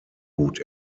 gut